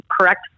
correct